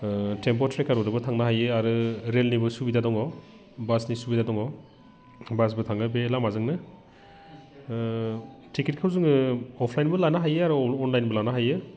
थेम्फु थ्रेखारजोंबो थांनो हायो आरो रेलनिबो सुबिदा दङ बासनि सुबिदा दङ बासबो थाङो बे लामाजोंनो टिकेटखौ जोङो अफलाइनबो लानो हायो आरो अह अनलाइनबो लानो हायो